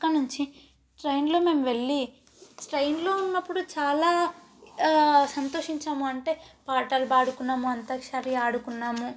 అక్కడ నుంచి ట్రైన్లో మేము వెళ్ళి ట్రైన్లో ఉన్నప్పుడు చాలా సంతోషించాము అంటే పాటలు పాడుకున్నాము అంతాక్షరి ఆడుకున్నాము